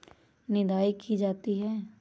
निदाई की जाती है?